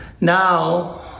Now